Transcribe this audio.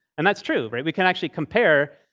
and that's true, right? we can actually compare,